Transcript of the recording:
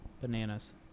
bananas